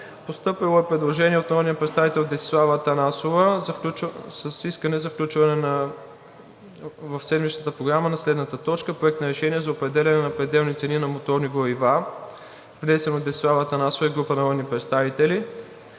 Постъпило е предложение от народния представител Десислава Атанасова с искане за включване в седмичната Програма на следната точка: Проект на решение за определяне на пределни цени на моторни горива. Внесен от Десислава Атанасова и група народни представители.